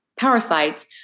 parasites